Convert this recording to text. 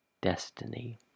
destiny